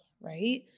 Right